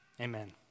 Amen